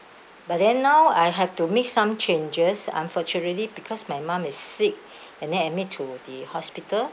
but then now I have to make some changes unfortunately because my mom is sick and then admit to the hospital